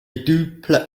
duplex